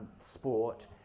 sport